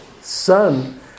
son